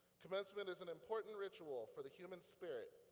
commencement is an important ritual for the human spirit,